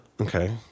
okay